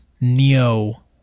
neo